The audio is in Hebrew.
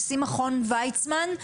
נשיא מכון וייצמן,